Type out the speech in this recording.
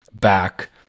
back